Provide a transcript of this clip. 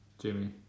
Jimmy